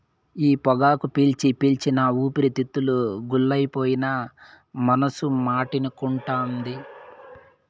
ఈ పొగాకు పీల్చి పీల్చి నా ఊపిరితిత్తులు గుల్లైపోయినా మనసు మాటినకుంటాంది